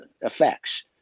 effects